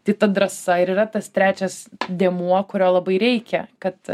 tai ta drąsa ir yra tas trečias dėmuo kurio labai reikia kad